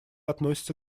относится